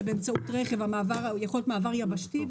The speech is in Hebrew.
באמצעות רכב כי יכול להיות מעבר יבשתי.